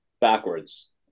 backwards